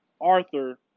Arthur